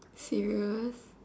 serious